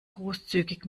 großzügig